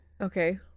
Okay